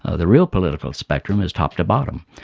ah the real political spectrum is top to bottom,